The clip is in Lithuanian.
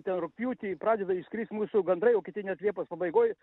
ten rugpjūtį pradeda išskrist mūsų gandrai o kiti net liepos pabaigoj